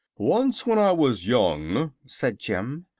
once, when i was young, said jim,